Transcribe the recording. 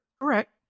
Correct